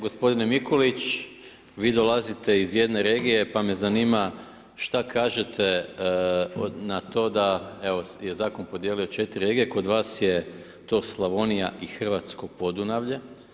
Gospodine Mikulić vi dolazite iz jedne regije pa me zanima šta kažete na to da evo je zakon podijelio 4 regije, kod vas je to Slavonija i Hrvatsko Podunavlje.